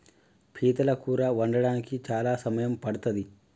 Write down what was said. పీతల కూర వండడానికి చాలా సమయం పడ్తది